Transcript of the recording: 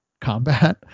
combat